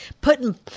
putting